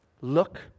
Look